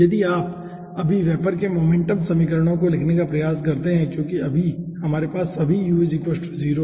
यदि आप अभी वेपर के मोमेंटम समीकरणों को लिखने का प्रयास करते हैं क्योंकि अभी हमारे पास सभी u0 हैं